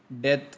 death